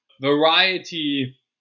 variety